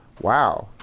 wow